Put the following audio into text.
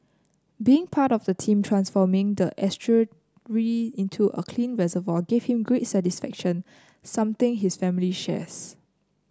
being part of the team transforming the estuary into a clean reservoir gave him great satisfaction something his family shares